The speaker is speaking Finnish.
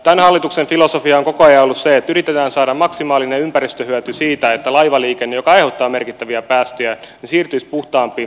tämän hallituksen filosofia on koko ajan ollut se että yritetään saada maksimaalinen ympäristöhyöty siitä että laivaliikenne joka aiheuttaa merkittäviä päästöjä siirtyisi puhtaampiin polttoaineisiin